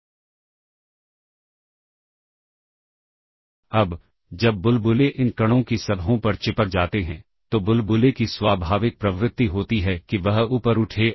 अलग अलग प्रकार के ऑपरेशंस अपनी जरूरत के हिसाब से कर सकते हैं और उसके बाद इसे स्टैक से बाहर पॉप भी कर सकते हैं